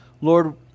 Lord